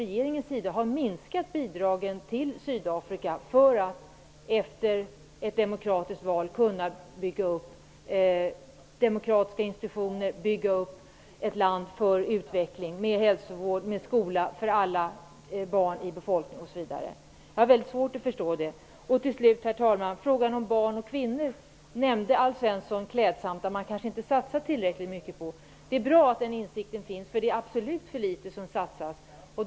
Regeringen har minskat bidragen till Sydafrika för att efter ett demokratiskt val kunna bygga upp demokratiska institutioner, utveckla landets sjukvård och skolor för alla osv. Jag har svårt att förstå det. Herr talman! Vidare har vi frågan om barn och kvinnor. Alf Svensson nämnde klädsamt att det inte har satsats tillräckligt mycket på dem. Det är bra att den insikten finns. Det satsas alltför litet.